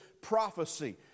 prophecy